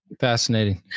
Fascinating